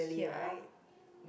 ya